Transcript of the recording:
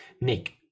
Nick